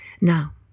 Now